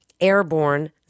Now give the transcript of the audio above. airborne